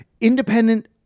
independent